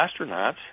astronauts